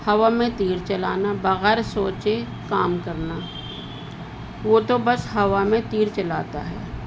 ہوا میں تیر چلانا بغیر سوچے کام کرنا وہ تو بس ہوا میں تیر چلاتا ہے